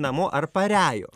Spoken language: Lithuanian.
namo ar parejo